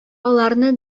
аларны